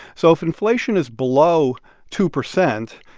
so if inflation is below two percent,